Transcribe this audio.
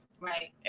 Right